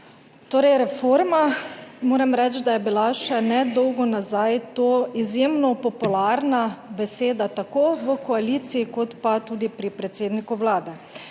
Torej reforma moram reči, da je bila še nedolgo nazaj to izjemno popularna beseda tako v koaliciji kot pa tudi pri predsedniku Vlade,